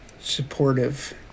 supportive